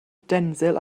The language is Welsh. denzil